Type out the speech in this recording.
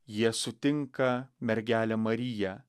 jie sutinka mergelę mariją